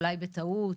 אולי בטעות,